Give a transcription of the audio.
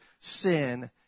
sin